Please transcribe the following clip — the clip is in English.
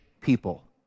people